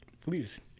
Please